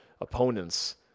opponents